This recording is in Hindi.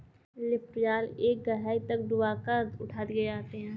लिफ्ट जाल एक गहराई तक डूबा कर उठा दिए जाते हैं